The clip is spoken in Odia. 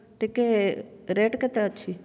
ଟିକିଏ ରେଟ୍ କେତେ ଅଛି